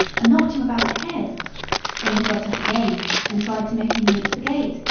and knocked him about the head then he got up again and tried to make him leap the gate,